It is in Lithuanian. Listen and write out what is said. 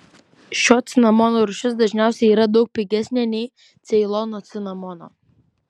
šio cinamono rūšis dažniausiai yra daug pigesnė nei ceilono cinamono